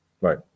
Right